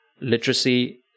literacy